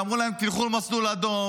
אמרו להם: תלכו על מסלול אדום,